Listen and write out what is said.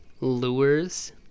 lures